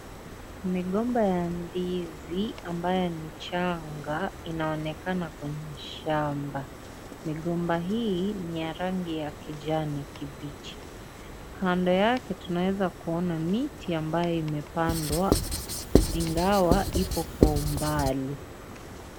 Migomba ya ndizi ambayo ni changa inaonekana kwenye shamba. Migomba hii, ni ya rangi ya kijani kibichi. Kando yake, tunaweza kuona miti ambayo imepandwa ingawa ipo kwa umbali.